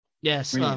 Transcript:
Yes